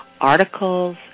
articles